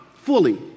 fully